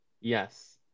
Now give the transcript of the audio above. Yes